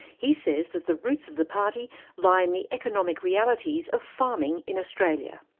he says that the roots of the party lie in the economic realities of farming in australia.